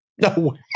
No